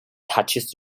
touches